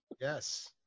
Yes